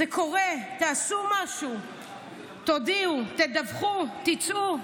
זה קורה, תעשו משהו, תודיעו, תדווחו, תצאו.